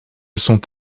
sont